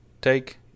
take